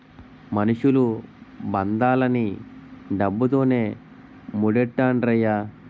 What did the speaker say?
మనుషులు బంధాలన్నీ డబ్బుతోనే మూడేత్తండ్రయ్య